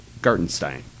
Gartenstein